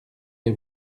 les